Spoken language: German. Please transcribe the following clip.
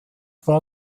war